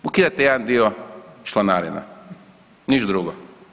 Ukidate jedan dio članarina, ništa drugo.